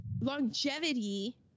longevity